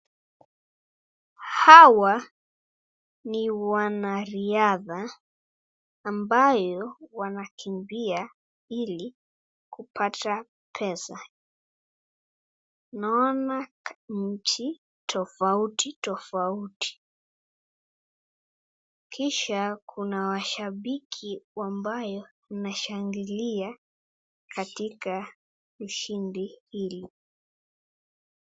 Hawa ni wanariadha ambayo wanakimbia ili kupata pesa, naona nchi tofauti tofauti kisha kuna mashabiki ambayo wanashangilia katika ushindi hili.